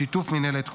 בשיתוף מינהלת תקומה,